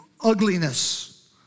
ugliness